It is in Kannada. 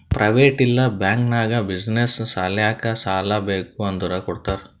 ಪ್ರೈವೇಟ್ ಇಲ್ಲಾ ಬ್ಯಾಂಕ್ ನಾಗ್ ಬಿಸಿನ್ನೆಸ್ ಸಲ್ಯಾಕ್ ಸಾಲಾ ಬೇಕ್ ಅಂದುರ್ ಕೊಡ್ತಾರ್